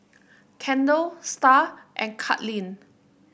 Kendal Star and Katlynn